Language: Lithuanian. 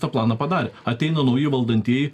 tą planą padarė ateina nauji valdantieji